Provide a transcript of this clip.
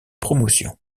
promotion